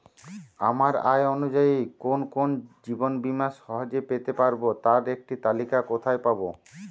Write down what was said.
আমার আয় অনুযায়ী কোন কোন জীবন বীমা সহজে পেতে পারব তার একটি তালিকা কোথায় পাবো?